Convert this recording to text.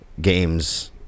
games